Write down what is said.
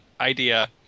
idea